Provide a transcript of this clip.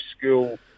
school